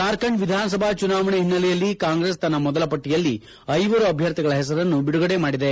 ಜಾರ್ಖಂಡ್ ವಿಧಾನಸಭಾ ಚುನಾವಣೆ ಓನ್ನೆಲೆಯಲ್ಲಿ ಕಾಂಗ್ರೆಸ್ ತನ್ನ ಮೊದಲ ಪಟ್ಟಯ ಐವರ ಅಭ್ಯರ್ಥಿಗಳ ಪೆಸರನ್ನು ಐಡುಗಡೆ ಮಾಡಿದೆ